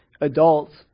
Adults